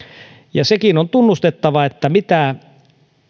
ja sekin on tunnustettava että mitä